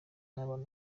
n’abana